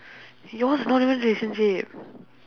yours not even relationship